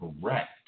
correct